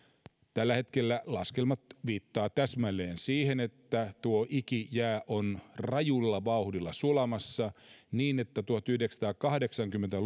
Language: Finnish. tällä hetkellä laskelmat viittaavat täsmälleen siihen että tuo ikijää on rajulla vauhdilla sulamassa niin että tuhatyhdeksänsataakahdeksankymmentä